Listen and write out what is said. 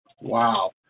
Wow